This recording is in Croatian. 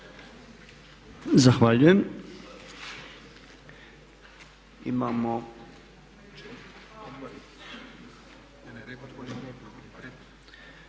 Zahvaljujem.